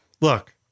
Look